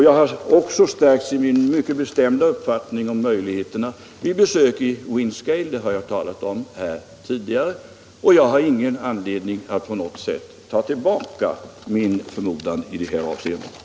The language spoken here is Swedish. Jag har också stärkts i min mycket bestämda uppfattning om möjligheterna vid besök i Windscale. Det har jag tidigare talat om här i kammaren och jag har ingen anledning att på något sätt ta tillbaka mina förmodanden i dessa avseenden.